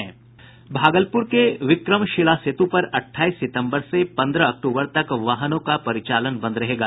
भागलपुर के विक्रमशिला सेतु पर अट्ठाईस सितंबर से पंद्रह अक्टूबर तक वाहनों का परिचालन बंद रहेगा